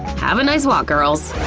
have a nice walk, girls!